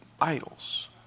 idols